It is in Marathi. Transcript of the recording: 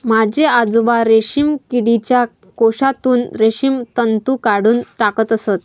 माझे आजोबा रेशीम किडीच्या कोशातून रेशीम तंतू काढून टाकत असत